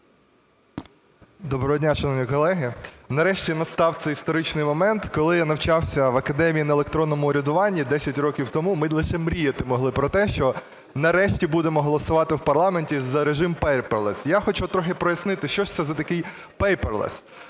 Доброго дня, шановні колеги. Нарешті настав цей історичний момент, коли я навчався в академії на електронному урядуванні 10 років тому, ми лише мріяти могли про те, що нарешті будемо голосувати в парламенті за режим paperless. Я хочу трохи прояснити, що ж це за такий paperless.